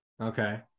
Okay